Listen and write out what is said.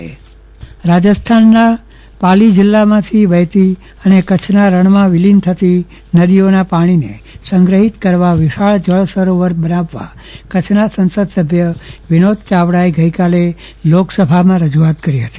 કુલ્પના શાહ પાણી મુદ્દે રજૂઆત રાજસ્થાનના પાણી જિલ્લામાંથી વહેતી અને કચ્છના રણમાં વિલીન થતી નદીઓના પાણીને સંગ્રહીત કરવા વિશાળ જળ સરોવર બનાવવા કચ્છના સંસદસભ્ય વિનોદ ચાવડાએ ગઈકાલે લોકસભામાં રજૂઆત કરી હતી